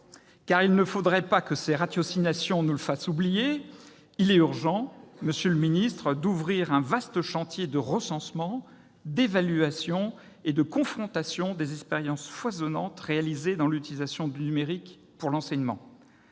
car il ne faudrait pas que ces ratiocinations nous le fassent oublier, il est urgent d'ouvrir un vaste chantier de recensement, d'évaluation et de confrontation des expériences foisonnantes réalisées dans l'utilisation du numérique pour l'enseignement.